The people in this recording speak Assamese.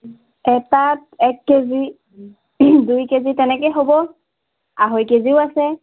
এটাত এক কেজি দুই কেজি তেনেকেই হ'ব আঢ়ৈ কেজিও আছে